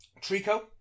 Trico